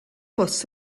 bws